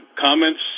comments